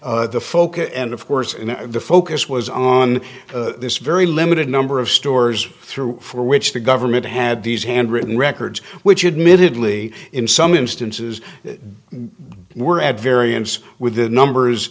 the focus and of course the focus was on this very limited number of stores through for which the government had these handwritten records which admittedly in some instances they were at variance with the numbers